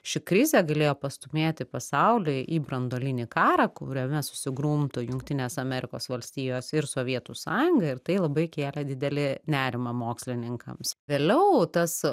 ši krizė galėjo pastūmėti pasaulį į branduolinį karą kuriame susigrumtų jungtinės amerikos valstijos ir sovietų sąjunga ir tai labai kėlė didelį nerimą mokslininkams vėliau tas